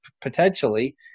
potentially